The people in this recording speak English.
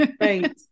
Right